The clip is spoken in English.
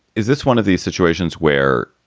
is this one of these situations where.